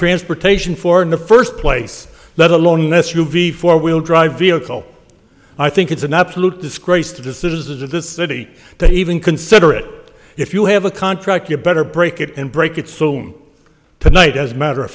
transportation for in the first place let alone unless you ve four wheel drive vehicle i think it's an absolute disgrace to the citizens of this city to even consider it if you have a contract you better break it and break it soon tonight as matter of